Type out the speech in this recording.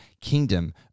Kingdom